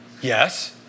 Yes